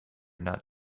not